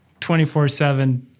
24-7